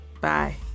Bye